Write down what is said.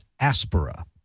aspera